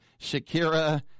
Shakira